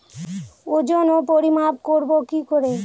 ওজন ও পরিমাপ করব কি করে?